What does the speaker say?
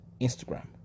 Instagram